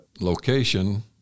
location